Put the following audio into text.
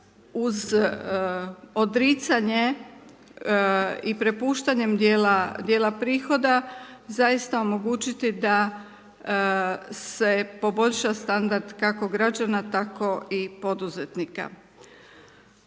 uz odricanje i prepuštanjem dijela prihoda, zaista omogućiti, da se poboljša standard, kako građana, tako i poduzetnika.